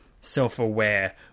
self-aware